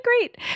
great